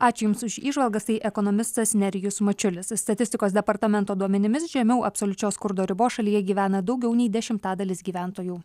ačiū jums už įžvalgas tai ekonomistas nerijus mačiulis statistikos departamento duomenimis žemiau absoliučios skurdo ribos šalyje gyvena daugiau nei dešimtadalis gyventojų